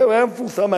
היה מפורסם,